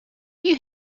you